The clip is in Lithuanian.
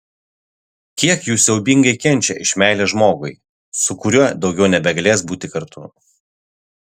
kiek jų siaubingai kenčia iš meilės žmogui su kuriuo daugiau nebegalės būti kartu